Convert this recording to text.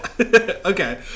Okay